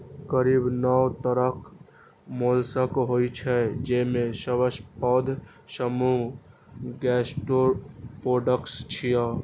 करीब नौ तरहक मोलस्क होइ छै, जेमे सबसं पैघ समूह गैस्ट्रोपोड्स छियै